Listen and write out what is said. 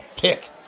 pick